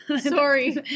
Sorry